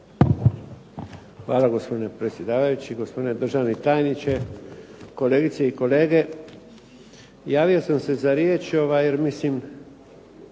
Hvala gospodine predsjedavajući, gospodine državni tajniče, kolegice i kolege. Javio sam se za riječ jer mislim